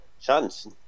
chance